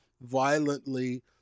violently